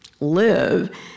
live